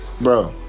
Bro